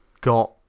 got